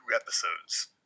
episodes